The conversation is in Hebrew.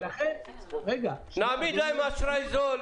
המדינה תעמיד להם אשראי זול.